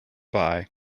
buy